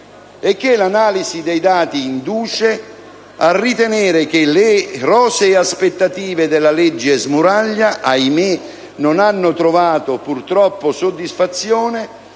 e che l'analisi dei dati induce a ritenere che le rosee aspettative della cosiddetta legge Smuraglia non hanno trovato purtroppo soddisfazione